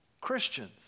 Christians